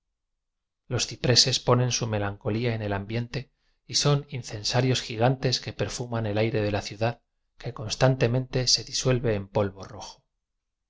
los cipreces ponen su melancolía en el ambien te y son incensarios gigantes que perfuman el aire de la ciudad que constantemente se disuelve en polvo rojo